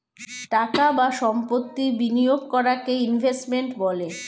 টাকা বা সম্পত্তি বিনিয়োগ করাকে ইনভেস্টমেন্ট বলে